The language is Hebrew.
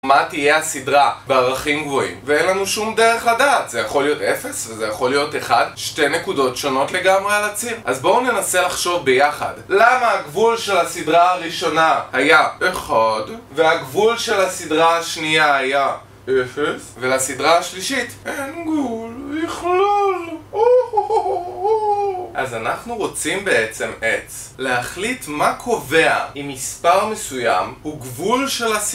מה תהיה הסדרה בערכים גבוהים? ואין לנו שום דרך לדעת זה יכול להיות אפס, וזה יכול להיות אחד שתי נקודות שונות לגמרי על הציר אז בואו ננסה לחשוב ביחד למה הגבול של הסדרה הראשונה היה אחד והגבול של הסדרה השנייה היה אפס ולסדרה השלישית אין גבול בכלל אז אנחנו רוצים בעצם עץ, להחליט מה קובע אם מספר מסוים הוא גבול של...